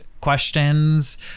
questions